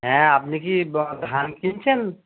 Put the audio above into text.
হ্যাঁ আপনি কি বা ধান কিনছেন